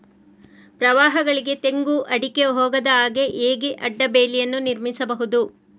ಪ್ರವಾಹಗಳಿಗೆ ತೆಂಗು, ಅಡಿಕೆ ಹೋಗದ ಹಾಗೆ ಹೇಗೆ ಅಡ್ಡ ಬೇಲಿಯನ್ನು ನಿರ್ಮಿಸಬಹುದು?